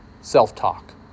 self-talk